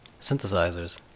Synthesizers